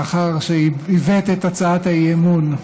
לאחר שהבאת את הצעת האי-אמון.